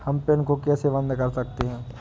हम पिन को कैसे बंद कर सकते हैं?